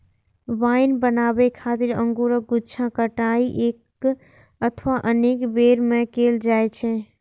wine बनाबै खातिर अंगूरक गुच्छाक कटाइ एक अथवा अनेक बेर मे कैल जाइ छै